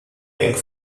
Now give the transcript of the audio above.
eng